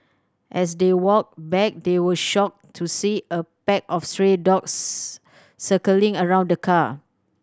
as they walked back they were shocked to see a pack of stray dogs circling around the car